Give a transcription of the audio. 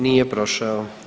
Nije prošao.